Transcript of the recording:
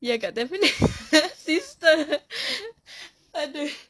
ya dekat tampines sister !aduh!